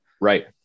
right